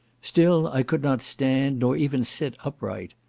still i could not stand, nor even sit upright.